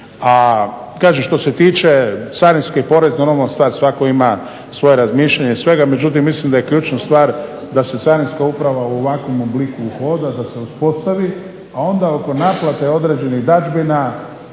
A što se tiče carinske i porezne normalna stvar svako ima svoje razmišljanje svega međutim mislim da je ključna stvar da se Carinska uprava u ovakvom obliku uhoda da se uspostavi, a onda oko naplate određenih dažbina